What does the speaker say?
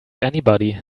anybody